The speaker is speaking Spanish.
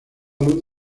luz